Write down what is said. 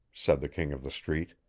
said the king of the street.